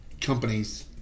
companies